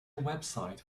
website